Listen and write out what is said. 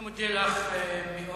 אני מודה לך מאוד.